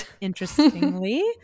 interestingly